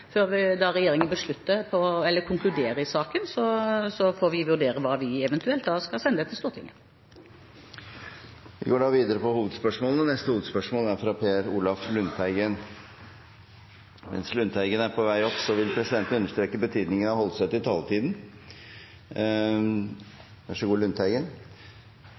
Før regjeringen konkluderer i saken, får vi vurdere hva vi eventuelt skal sende til Stortinget. Vi går videre til neste hovedspørsmål, som er fra Per Olaf Lunsteigen. Mens Lundteigen er på vei opp til talerstolen, vil presidenten understreke betydningen av at man holder seg til taletiden.